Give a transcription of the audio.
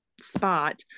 spot